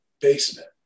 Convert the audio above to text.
basement